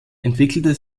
entwickelte